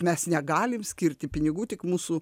mes negalim skirti pinigų tik mūsų